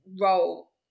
role